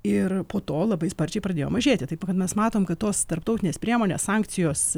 ir po to labai sparčiai pradėjo mažėti taip kad mes matom kad tos tarptautinės priemonės sankcijos